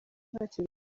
ntacyo